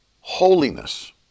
holiness